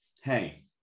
hey